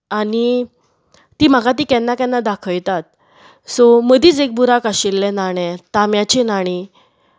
आनी ती म्हाका ती केन्ना केन्ना दाखयतात सो मदींच एक बुराक आशिल्ले नाणें तांब्याची नाणी